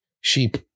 sheep